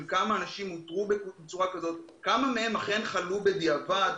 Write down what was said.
כמה אנשים אותרו בצורה כזאת וכמה מהם אכן חלו בדיעבד,